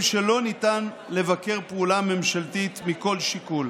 שלא ניתן לבקר פעולה ממשלתית מכל שיקול.